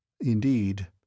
Indeed